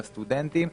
הסטודנטים.